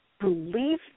believe